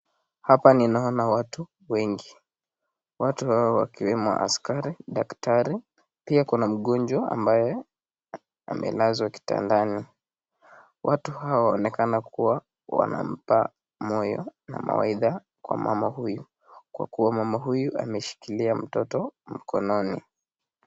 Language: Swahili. Hapa ninaona watu wengi, watu hao wakiwemo, askari, dakitari, pia kuna mgonjwa ambaye amelazwa kitandani. Watu hao wanaonekana kuwa wanampa moyo na mawaidha kwa mama huyu kwakuwa mama huyu ameshikilia mtoto mkononi.